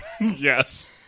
yes